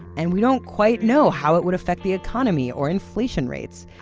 and we don't quite know how it would affect the economy or inflation rates.